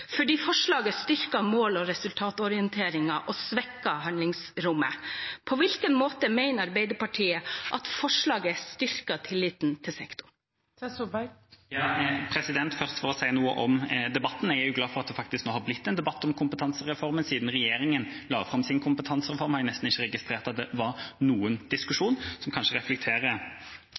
forslaget styrker mål- og resultatorienteringen og svekker handlingsrommet. På hvilken måte mener Arbeiderpartiet at forslaget styrker tilliten til sektoren? Jeg vil først si noe om debatten. Jeg er glad for at det nå har blitt en debatt om kompetansereformen. Siden regjeringa la fram sin kompetansereform, har jeg nesten ikke registrert at det har vært noen diskusjon, noe som kanskje reflekterer